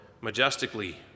majestically